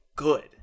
good